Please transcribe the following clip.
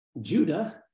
Judah